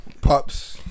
pups